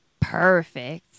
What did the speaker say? perfect